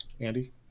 Andy